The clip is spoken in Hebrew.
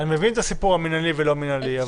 אני מבין את הסיפור המינהלי והלא מינהלי.